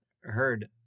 heard